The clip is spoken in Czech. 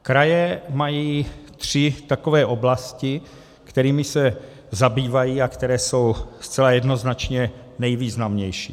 Kraje mají tři takové oblasti, kterými se zabývají a které jsou zcela jednoznačně nejvýznamnější.